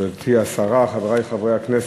תודה רבה לך, מכובדתי השרה, חברי חברי הכנסת,